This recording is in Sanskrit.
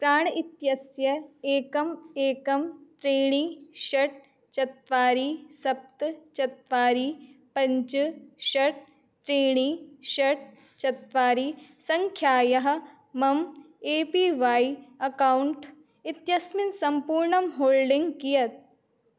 प्राण् इत्यस्य एकम् एकं त्रीणि षट् चत्वारि सप्त चत्वारि पञ्च षट् त्रीणि षट् चत्वारि सङ्ख्यायाः मम ए पी वाय् अकौण्ट् इत्यस्मिन् सम्पूर्णं होल्डिङ्ग् कियत्